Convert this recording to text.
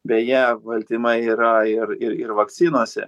beje baltymai yra ir ir ir vakcinose